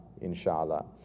inshallah